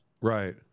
Right